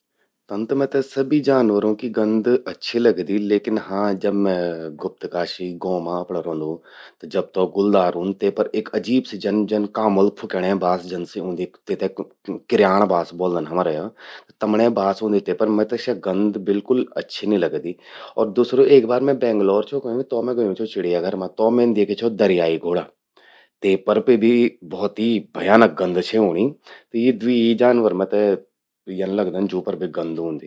तन त मैते सभी जानवरों की गंध अच्छी लगदि लेकिन, हां जब मैं गुप्तकाशी अपणां गौं मां रौंदू। त जब तौ गुलदार ऊंद त ते पर एक अजीब सी गंध जन-जन कांबल फुकण्डें बास जन सी ऊंदी। तेते किर्याणं बास ब्वोल्न हमरा यौ। त तमण्यें बास ऊंदी ते पर। मैते स्या गंध बिल्कुल भी अच्छी नि लगदी। अर दूसरू..एक बार मैं बैंगलोर छो गयूं, तो मैं गयूं छो चिड़ियाघर मां, तौ मैन द्येखि छो दरियाई घोड़ा। ते पर बे भी भौत ही भयानक गंध छे ऊंणीं। यी द्वी ही जानवर मेते यन लगदन जूं पर बे गंध ऊंदी।